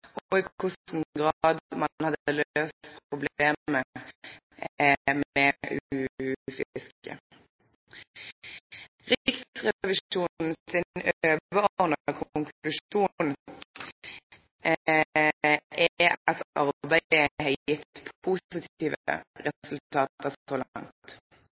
og i hvilken grad man hadde løst problemet med UUU-fiske. Riksrevisjonens overordnede konklusjon er at arbeidet har gitt positive resultater så langt.